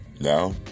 now